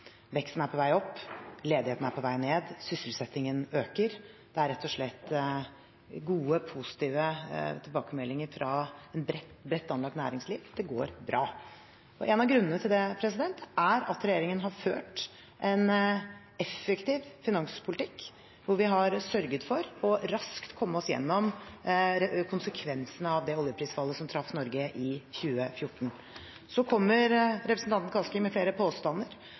Veksten er på vei opp. Ledigheten er på vei ned. Sysselsettingen øker. Det er rett og slett gode, positive tilbakemeldinger fra et bredt anlagt næringsliv. Det går bra. En av grunnene til det er at regjeringen har ført en effektiv finanspolitikk, hvor vi har sørget for raskt å komme oss gjennom konsekvensene av det oljeprisfallet som traff Norge i 2014. Representanten Kaski kommer med flere påstander